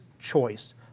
choice